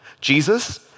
Jesus